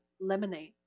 Lemonade